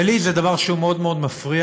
ולי זה דבר שהוא מאוד מאוד מפריע,